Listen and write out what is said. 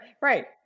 right